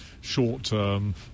short-term